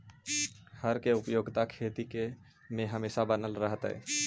हर के उपयोगिता खेती में हमेशा बनल रहतइ